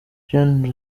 jeanne